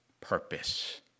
purpose